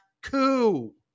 coup